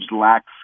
lacks